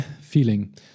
feeling